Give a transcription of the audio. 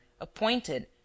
appointed